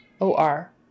O-R